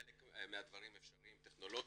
חלק מהדברים אפשריים טכנולוגית,